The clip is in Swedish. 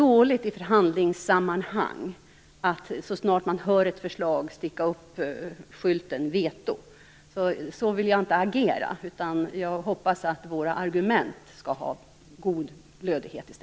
I förhandlingssammanhang är det dåligt att, så snart man hör om ett förslag, sticka upp vetoskylten. Så vill inte jag agera. I stället hoppas jag att våra argument har god lödighet.